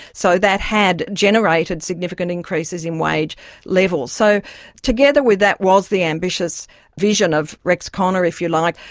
so that had generated significant increases in wage levels. so together with that was the ambitious vision of rex connor, if you like,